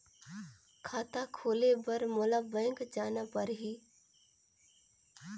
खाता खोले बर मोला बैंक जाना परही?